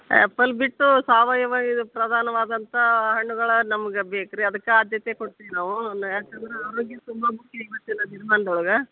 apple ಬಿಟ್ಟು ಸಾವಯವ ಇದು ಪ್ರಧಾನವಾದಂಥ ಹಣ್ಣುಗಳೇ ನಮ್ಗೆ ಬೇಕು ರಿ ಅದಕ್ಕೇ ಆದ್ಯತೆ ಕೊಡ್ತಿವಿ ನಾವು ಯಾಕಂದರೆ ಆರೋಗ್ಯ ತುಂಬ ಮುಖ್ಯ ಇವತ್ತಿನ ದಿನಮಾನ್ದೊಳ್ಗೆ